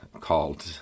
called